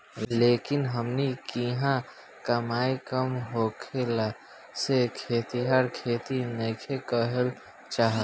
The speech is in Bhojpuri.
लेकिन हमनी किहाँ कमाई कम होखला से खेतिहर खेती नइखे कईल चाहत